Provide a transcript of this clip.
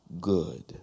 good